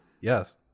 Yes